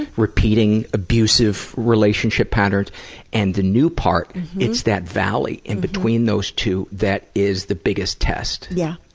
repeating abusive relationship patterns and the new part it's that valley in between those two that is the biggest test. yeah.